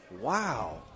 Wow